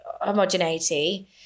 homogeneity